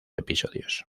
episodios